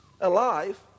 alive